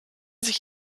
sich